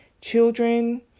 children